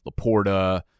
Laporta